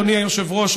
אדוני היושב-ראש,